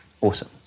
awesome